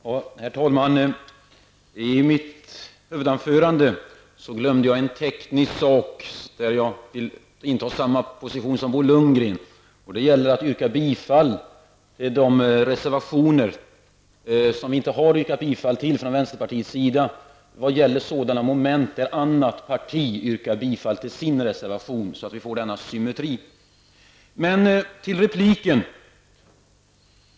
Herr talman! I mitt huvudanförande glömde jag en teknisk fråga, där jag vill inta samma position som Bo Lundgren. Det gäller att yrka bifall till de reservationer som vi inte har yrkat bifall till från vänsterpartiets sida. Det gäller sådana moment där annat parti yrkat bifall till sin reservation. På så sätt får vi symmetri.